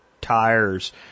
tires